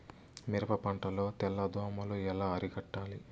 మిరప పంట లో తెల్ల దోమలు ఎలా అరికట్టాలి?